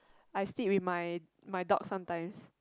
I sleep with my my dog sometimes